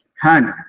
hand